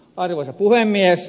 arvoisa puhemies